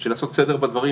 בשביל לעשות סדר בדברים,